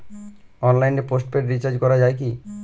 অনলাইনে postpaid recharge করা যায় কি?